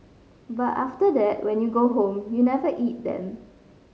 but after that when you go home you never eat them